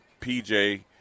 PJ